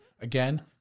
Again